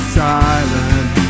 silent